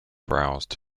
browsed